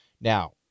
now